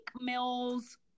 Mill's